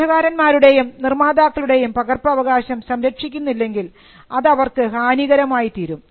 ഗ്രന്ഥകാരന്മാരുടെയും നിർമാതാക്കളുടെയും പകർപ്പവകാശം സംരക്ഷിക്കുന്നില്ലെങ്കിൽ അത് അവർക്ക് ഹാനികരമായി തീരും